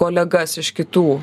kolegas iš kitų